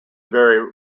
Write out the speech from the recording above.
very